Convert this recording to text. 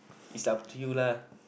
it's up to you lah